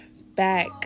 back